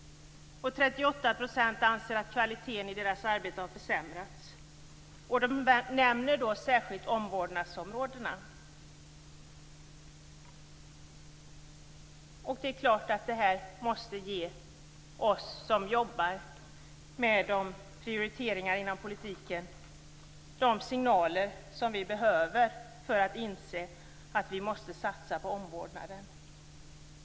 38 % av personalen anser att kvaliteten i arbetet har försämrats. Särskilt nämns omvårdnadsområdena. Det är klart att sådant här måste ge oss som jobbar med prioriteringar inom politiken de signaler som vi behöver för att inse att vi måste satsa på omvårdnaden.